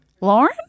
Lauren